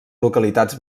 localitats